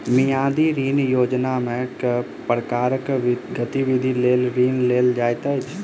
मियादी ऋण योजनामे केँ प्रकारक गतिविधि लेल ऋण देल जाइत अछि